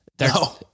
No